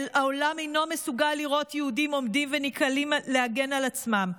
העולם אינו מסוגל לראות יהודים עומדים ונקהלים להגן על עצמם,